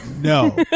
No